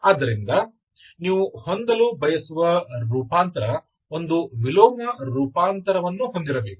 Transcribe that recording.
ಆದ್ದರಿಂದ ನೀವು ಹೊಂದಲು ಬಯಸುವ ರೂಪಾಂತರ ಒಂದು ವಿಲೋಮ ರೂಪಾಂತರವನ್ನು ಹೊಂದಿರಬೇಕು